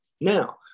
Now